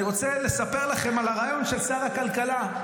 אני רוצה לספר לכם על הרעיון של שר הכלכלה.